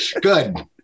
Good